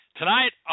Tonight